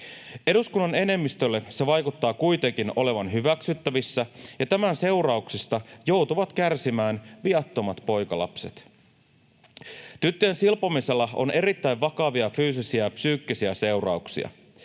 Eduskunnan enemmistölle se vaikuttaa kuitenkin olevan hyväksyttävissä, ja tämän seurauksista joutuvat kärsimään viattomat poikalapset. Tyttöjen silpomisella on erittäin vakavia fyysisiä ja psyykkisiä seurauksia.